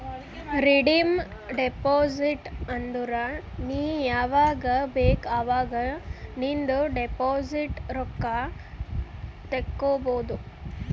redeem deposit ಅಂದುರ್ ನೀ ಯಾವಾಗ್ ಬೇಕ್ ಅವಾಗ್ ನಿಂದ್ ಡೆಪೋಸಿಟ್ ರೊಕ್ಕಾ ತೇಕೊಬೋದು